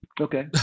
Okay